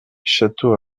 château